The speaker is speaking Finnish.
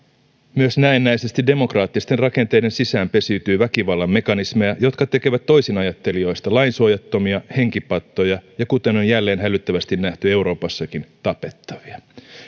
myös näennäisesti demokraattisten rakenteiden sisään pesiytyy väkivallan mekanismeja jotka tekevät toisinajattelijoista lainsuojattomia henkipattoja ja kuten on jälleen hälyttävästi nähty euroopassakin tapettavia